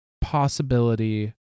possibility